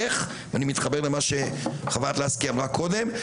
איך, אני מתחבר למה שחברת הכנסת לסקי אמרה קודם.